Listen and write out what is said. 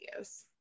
videos